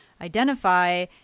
identify